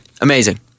Amazing